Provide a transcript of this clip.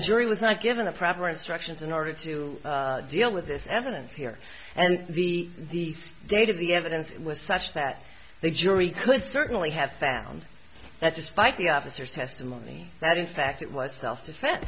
the jury was not given the proper instructions in order to deal with this evidence here and the the state of the evidence was such that the jury could certainly have found that despite the officers testimony that in fact it was self defen